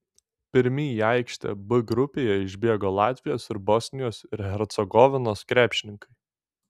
pirmi į aikštę b grupėje išbėgo latvijos ir bosnijos ir hercegovinos krepšininkai